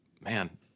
man